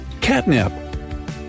Catnip